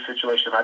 situation